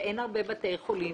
גם בגלל שאין הרבה בתי חולים